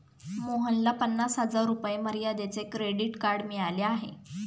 मोहनला पन्नास हजार रुपये मर्यादेचे क्रेडिट कार्ड मिळाले आहे